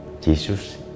Jesus